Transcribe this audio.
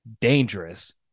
dangerous